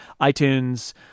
iTunes